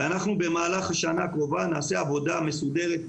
במהלך השנה הקרובה נעשה עבודה מסודרת,